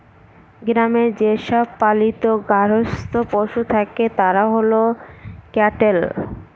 গ্রামে যে সব পালিত গার্হস্থ্য পশু থাকে তারা হল ক্যাটেল